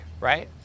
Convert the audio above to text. right